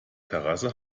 terrasse